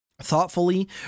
thoughtfully